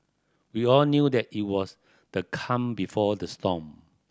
we all knew that it was the calm before the storm